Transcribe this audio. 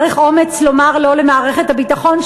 צריך אומץ לומר לא למערכת הביטחון,